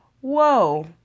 Whoa